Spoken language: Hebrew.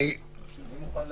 אני מוכן לענות.